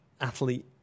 athlete